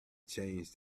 change